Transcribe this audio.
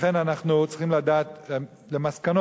לכן אנחנו צריכים לדעת, א.